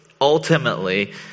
ultimately